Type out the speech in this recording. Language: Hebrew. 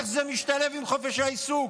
איך זה משתלב עם חופש העיסוק?